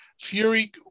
Fury